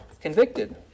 convicted